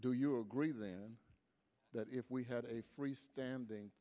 do you agree then that if we had a free standing